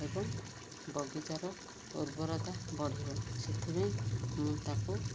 ଏବଂ ବଗିଚାର ଉର୍ବରତା ବଢ଼ିବ ସେଥିପାଇଁ ମୁଁ ତାକୁ